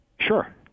Sure